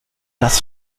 das